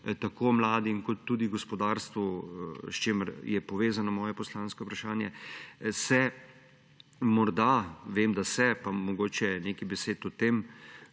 tako mladim kot tudi gospodarstvu, s čimer je povezano moje poslansko vprašanje: Se morda – vem, da se, pa mogoče nekaj besed o tem